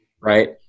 right